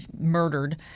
murdered